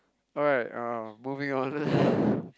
alright uh moving on